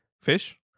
fish